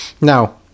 Now